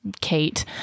Kate